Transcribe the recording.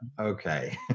okay